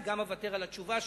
אני גם אוותר על התשובה שלו,